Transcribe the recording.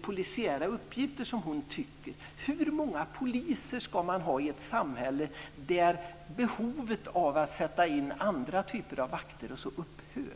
polisiära uppgifter. Då skulle jag vilja fråga Gun Hellsvik en sak. Hur många poliser ska man ha i ett samhälle där behovet av att sätta in andra typer av vakter och liknande upphör?